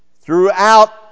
throughout